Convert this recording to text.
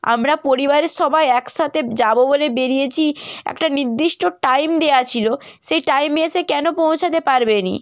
আমরা পরিবারের সবাই একসাথে যাবো বলে বেড়িয়েছি একটা নির্দিষ্ট টাইম দেয়া ছিলো সেই টাইমে এসে কেন পৌঁছাতে পারবে না